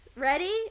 Ready